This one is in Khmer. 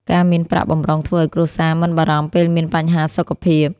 ការមានប្រាក់បម្រុងធ្វើឱ្យគ្រួសារមិនបារម្ភពេលមានបញ្ហាសុខភាព។